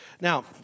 Now